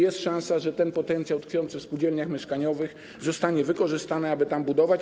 Jest szansa, że potencjał tkwiący w spółdzielniach mieszkaniowych zostanie wykorzystany, aby tam budować.